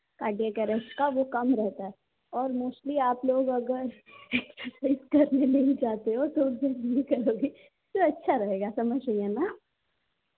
cardiac arrest वो कम रहता है और मोस्टली आप लोग अगर करने नहीं जाते तो फिर ये करोगे तो अच्छा रहेगा समझ रही हैं ना